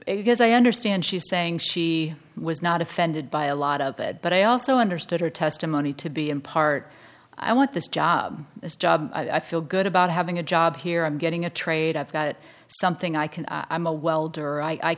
because i understand she's saying she was not offended by a lot of it but i also understood her testimony to be in part i want this job this job i feel good about having a job here i'm getting a trade i've got something i can i'm a welder i